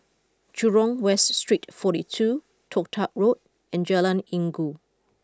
Jurong West Street forty two Toh Tuck Road and Jalan Inggu